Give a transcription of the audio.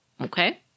okay